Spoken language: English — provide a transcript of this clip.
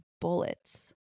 bullets